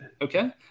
Okay